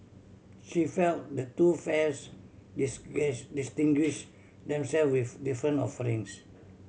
she felt the two fairs distinguish themself with different offerings